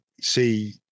see